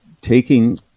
taking